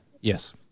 Yes